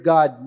God